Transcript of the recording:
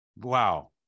Wow